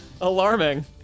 Alarming